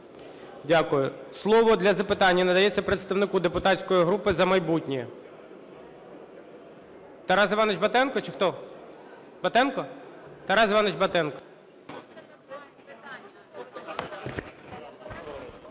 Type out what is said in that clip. Дякую. Слово для запитання надається представнику депутатської групи "За майбутнє". Тарас Іванович Батенко чи хто? Батенко? Тарас Іванович Батенко.